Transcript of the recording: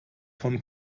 von